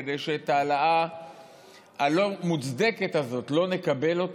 כדי שאת ההעלאה הלא-מוצדקת הזאת לא נקבל,